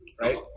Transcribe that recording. Right